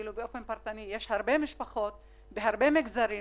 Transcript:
יש הרבה משפחות בהרבה מגזרים,